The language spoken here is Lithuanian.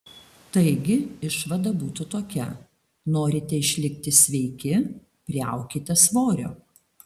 taigi išvada būtų tokia norite išlikti sveiki priaukite svorio